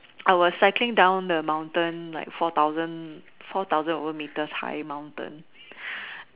I was cycling down the mountain like four thousand four thousand over metres high mountain